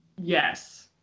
Yes